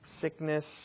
sickness